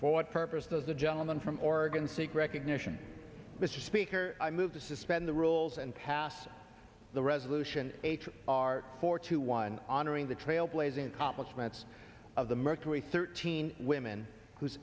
for what purpose does the gentleman from oregon seek recognition mr speaker i move to suspend the rules and pass the resolution are four to one honoring the trailblazing accomplishments of the mercury thirteen women who